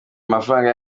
amafaranga